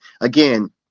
again